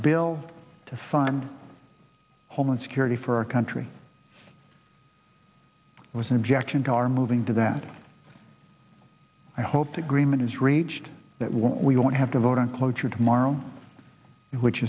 bill to fund homeland security for our country was an objection to our moving to that i hoped agreement is reached that we won't we won't have to vote on cloture tomorrow which